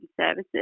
services